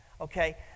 Okay